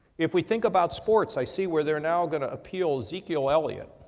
if we think about sports, i see where they're now going to appeal ezekiel elliot.